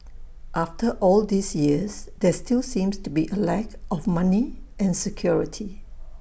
after all these years there still seems to be A lack of money and security